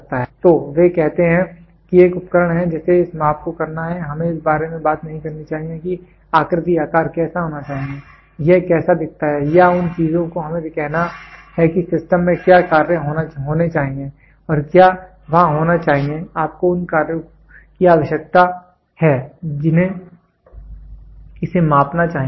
तो वे कहते हैं कि एक उपकरण है जिसे इस माप को करना है हमें इस बारे में बात नहीं करनी चाहिए कि आकृति आकार कैसा होना चाहिए यह कैसा दिखता है या उन चीजों को हमें कहना है कि सिस्टम में क्या कार्य होने चाहिए और क्या वहाँ होना चाहिए आपको उन कार्यों की आवश्यकता है जिन्हें इसे मापना चाहिए